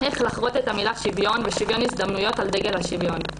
איך לחרות את המילה "שוויון" ו"שוויון הזדמנויות" על דגל השוויון?